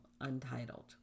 untitled